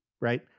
right